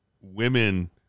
women